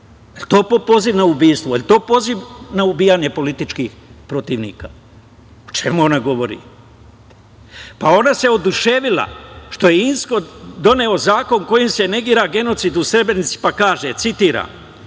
Je li to poziv na ubistvo? Je li to poziv na ubijanje političkih protivnika? O čemu ona govori? Pa ona se oduševila što je Inzko doneo zakon kojim se negira genocid u Srebrenici, pa kaže, citiram: